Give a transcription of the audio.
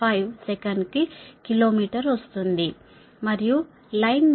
994x105 సెకనుకు kilometre వస్తుంది మరియు లైన్ వేవ్ లెంగ్త్ vf